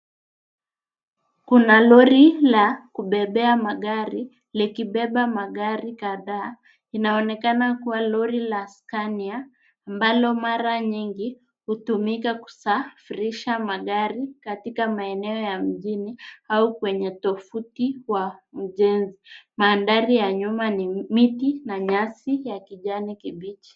Kuna lori la kubebea magari, likibeba magari kadhaa. Inaonekana kua lori la Scania, ambalo mara nyingi hutumika kusafirisha magari, katika maeneo ya mijini au kwenye tovuti wa ujezi. Mandhari ya nyuma ni miti na nyasi ya kijani kibichi.